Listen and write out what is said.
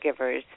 caregivers